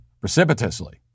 precipitously